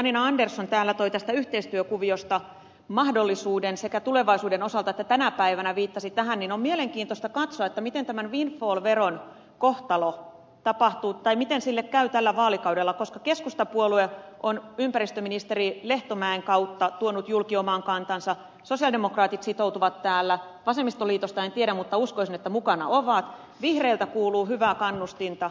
janina andersson täällä viittasi tähän yhteistyökuvioon mahdollisuutena sekä tulevaisuuden osalta että tänä päivänä niin on mielenkiintoista katsoa miten tälle windfall verolle käy tällä vaalikaudella koska keskustapuolue on ympäristöministeri lehtomäen kautta tuonut julki oman kantansa sosialidemokraatit sitoutuvat täällä vasemmistoliitosta en tiedä mutta uskoisin että mukana ovat vihreiltä kuuluu hyvää kannustinta